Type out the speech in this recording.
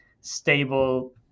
stable